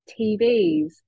tvs